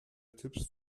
tipps